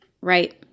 right